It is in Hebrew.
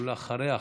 ואחריה,